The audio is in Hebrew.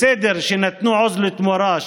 זה בסדר שנתנו עוז לתמורה,